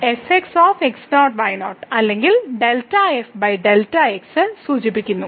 fxx0 y0 അല്ലെങ്കിൽ സൂചിപ്പിക്കുന്നു